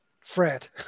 Fred